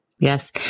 Yes